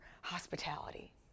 hospitality